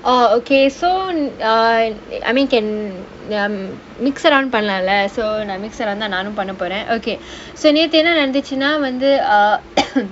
oh okay so err I mean can books around பண்லாம்:panlaam lah so நான்:naan mix around தான் நானும் பண்ணப்போறேன்:thaan naanum pannapporaen okay so நேத்து என்ன நடந்துச்சினா வந்து:nethu enna nadanthuchchinaa vanthu err